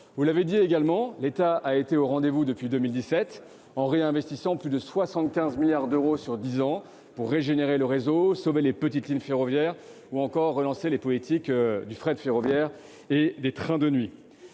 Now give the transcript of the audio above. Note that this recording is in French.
Vous l'avez dit également, l'État a été au rendez-vous depuis 2017, en réinvestissant plus de 75 milliards d'euros sur dix ans pour régénérer le réseau, sauver les petites lignes ferroviaires ou encore relancer les politiques du fret ferroviaire et des trains de nuit.